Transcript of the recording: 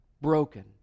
Broken